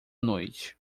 noite